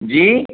जी